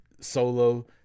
Solo